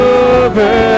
over